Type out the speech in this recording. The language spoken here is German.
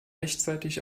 rechtzeitig